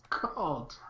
God